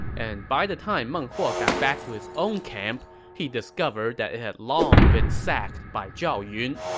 and by the time meng huo got back to his own camp, he discovered that it had long been sacked by zhao yun,